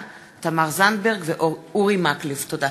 תודה.